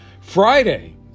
Friday